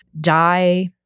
Die